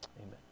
Amen